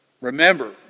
Remember